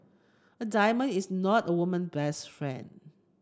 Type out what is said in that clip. a diamond is not a woman best friend